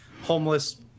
homeless